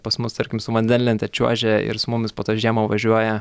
pas mus tarkim su vandenlente čiuožia ir su mumis po to žiemą važiuoja